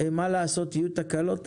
מה לעשות, יהיו תקלות?